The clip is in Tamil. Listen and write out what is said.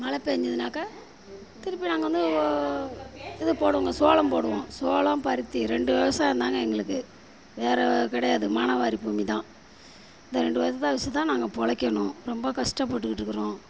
மழை பெஞ்சிதுன்னாக்கா திருப்பி நாங்கள் வந்து ஒ இது போடுவோங்க சோளம் போடுவோம் சோளம் பருத்தி ரெண்டு விவசாயம் தாங்க எங்களுக்கு வேறு கிடையாது மானாவாரி பூமிதான் இந்த ரெண்டு விவசாயத்தை வச்சு தான் நாங்கள் பொழைக்கணும் ரொம்ப கஷ்டப்பட்டுக்கிட்டு இருக்குறோம்